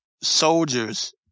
soldiers